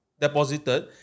deposited